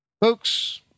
Folks